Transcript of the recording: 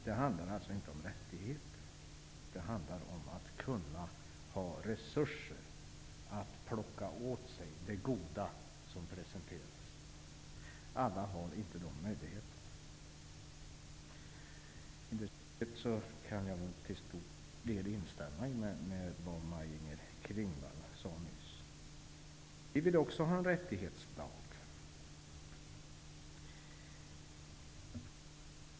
Det handlar alltså inte om rättigheter, utan om att kunna plocka åt sig det goda som presenteras. Alla har inte de möjligheterna. I övrigt kan jag till stor del instämma i det som Maj-Inger Klingvall nyss sade. Vänsterpartiet vill också ha en rättighetslag.